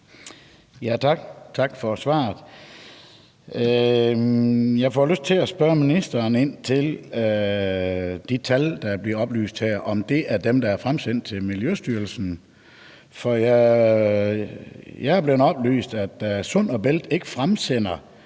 Tak for svaret. Jeg får lyst til at spørge ministeren ind til, om de tal, der her bliver oplyst, er dem, der er fremsendt til Miljøstyrelsen. For jeg er blevet oplyst om, at Sund & Bælt ikke fremsender